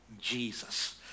Jesus